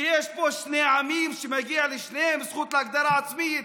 שיש פה שני עמים שמגיעה לשניהם זכות להגדרה עצמית,